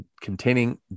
containing